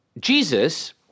Jesus